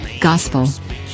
gospel